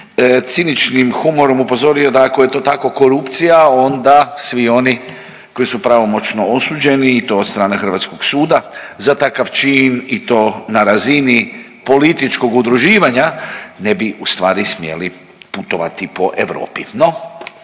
ciničnim humorom upozorio da ako je to tako korupcija onda svi oni koji su pravomoćno osuđeni i to od strane hrvatskog suda za takav čin i to na razini političkog udruživanja ne bi ustvari smjeli putovati po Europi.